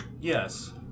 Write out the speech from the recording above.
Yes